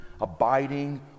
abiding